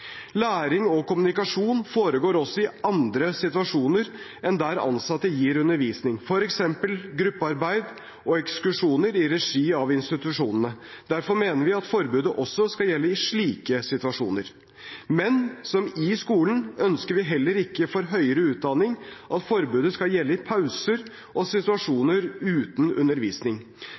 Læring og kommunikasjon foregår også i andre situasjoner enn der ansatte gir undervisning, f.eks. gruppearbeid og ekskursjoner i regi av institusjonene. Derfor mener vi at forbudet også skal gjelde i slike situasjoner. Men som i skolen ønsker vi heller ikke for høyere utdanning at forbudet skal gjelde i pauser og i situasjoner uten undervisning.